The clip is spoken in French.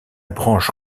branche